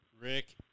Rick